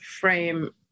frame